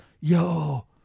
Yo